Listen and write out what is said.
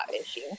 issue